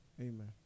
Amen